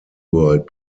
world